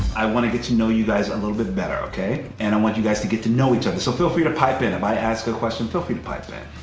i want to get to know you guys a little bit better, okay. and i want you guys to get to know each other, so feel free to pipe in. if i ask a question, feel free to pipe in.